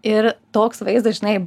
ir toks vaizdas žinai